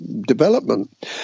development